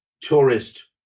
tourist